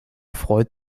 freut